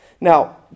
Now